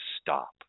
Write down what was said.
stop